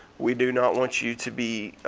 we do not want you to be